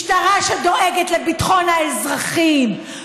משטרה שדואגת לביטחון האזרחים,